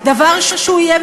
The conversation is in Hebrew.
ולוקח את הדבר הזה לראש הממשלה,